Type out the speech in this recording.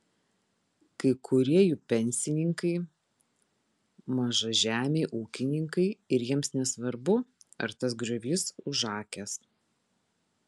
kai kurie jų pensininkai mažažemiai ūkininkai ir jiems nesvarbu ar tas griovys užakęs